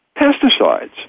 Pesticides